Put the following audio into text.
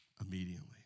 immediately